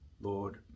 lord